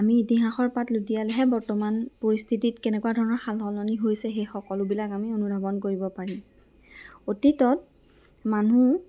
আমি ইতিহাসৰ পাত লুটিয়ালেহে বৰ্তমান পৰিস্থিতিত কেনেকুৱা ধৰণৰ সাল সলনি হৈছে সেই সকলোবিলাক আমি অনুধাৱন কৰিব পাৰিম অতীতত মানুহ